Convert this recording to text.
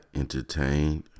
entertained